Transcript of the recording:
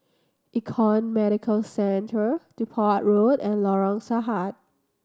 Econ Medicare Centre Depot Road and Lorong Sahad